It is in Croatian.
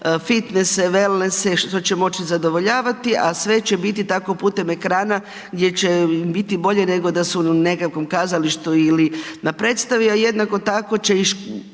fitnesse, wellnesse što će moći zadovoljavati a sve će biti tako putem ekrana gdje će im biti bolje nego da su u nekakvom kazalištu ili na predstavi a jednako tako će i